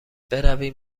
برویم